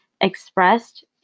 expressed